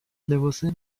لباسهای